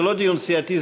זה לא דיון סיעתי,